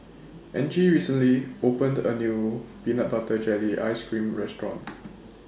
Angie recently opened A New Peanut Butter Jelly Ice Cream Restaurant